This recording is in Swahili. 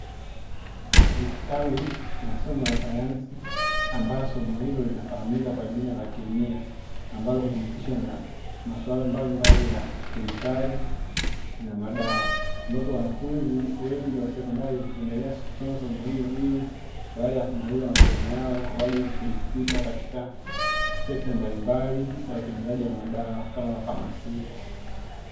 Kitabu cha somo la sayansi, ambalo somo hilo linafahamika kwa jina la Kemia, ambalo hujihusisha na maswala mbalimbali ya kemikali na madawa. Ambapo wanafunzi wengi wa sekondari hupendelea kusoma somo hilo, ili baada ya kumaliza masomo yao waje kujiingiza katika sekta mbalimbali, za utengenezaji wa madawa kama famasia.